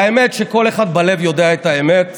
והאמת היא שכל אחד בלב יודע את האמת.